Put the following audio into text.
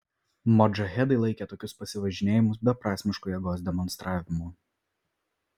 modžahedai laikė tokius pasivažinėjimus beprasmišku jėgos demonstravimu